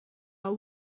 are